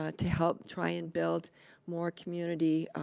ah to help try and build more community